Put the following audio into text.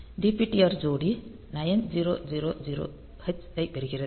DPTR ஜோடி 9000 h ஐப் பெறுகிறது